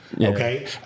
Okay